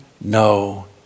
no